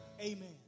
Amen